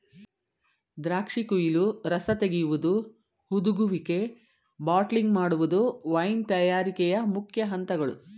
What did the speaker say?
ದ್ರಾಕ್ಷಿ ಕುಯಿಲು, ರಸ ತೆಗೆಯುವುದು, ಹುದುಗುವಿಕೆ, ಬಾಟ್ಲಿಂಗ್ ಮಾಡುವುದು ವೈನ್ ತಯಾರಿಕೆಯ ಮುಖ್ಯ ಅಂತಗಳು